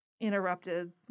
interrupted